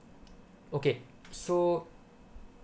okay so